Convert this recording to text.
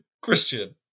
Christian